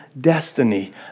destiny